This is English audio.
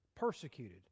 persecuted